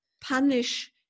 punish